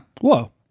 Whoa